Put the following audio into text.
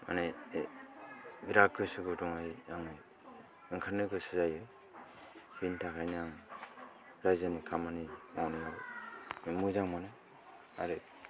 माने बिराद गोसो गुदुंयै आङो ओंखारनो गोसो जायो बेनि थाखायनो आं रायजो नि खामानि मोजां मोनो आरो